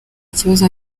kibazo